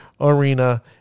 Arena